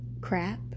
crap